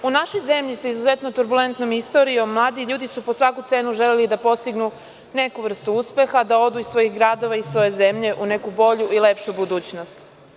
U našoj zemlji, sa izuzetno turbulentnom istorijom, mladi ljudi su po svaku cenu želeli da postignu neku vrstu uspeha, da odu iz svojih gradova, iz svoje zemlje u neku bolju i lepšu budućnost.